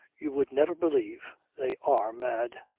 you would never believe! they are mad!